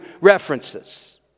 references